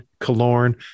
Kalorn